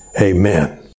amen